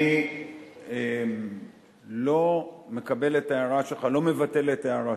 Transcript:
אני לא מבטל את הערתך.